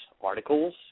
articles